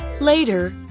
Later